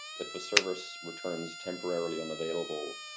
if a service returns temporarily unavailable,